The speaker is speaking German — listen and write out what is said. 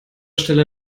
stelle